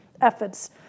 efforts